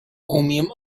umiem